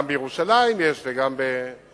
גם בירושלים יש וגם בחיפה,